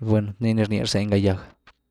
bueno nii ni rnia rzeny ga gýag.